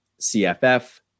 cff